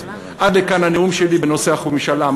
עד כאן הנאום שלי בנושא חוק משאל עם.